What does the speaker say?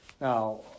now